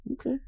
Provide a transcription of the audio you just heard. okay